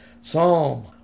Psalm